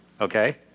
Okay